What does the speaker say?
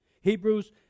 Hebrews